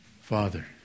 Father